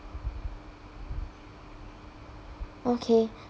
okay